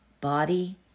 body